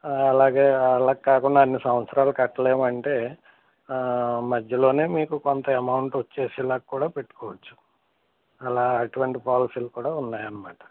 అలాగే అలాకాకుండా అన్ని సంవత్సరాలు కట్టలేమంటే మధ్యలోనే మీకు కొంత అమౌంట్ వచ్చేలాగా కూడా పెట్టుకోవచ్చు అలా అటువంటి పాలసీలు కూడా ఉన్నాయన్నమాట